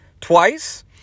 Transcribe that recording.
twice